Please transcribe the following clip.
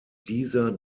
dieser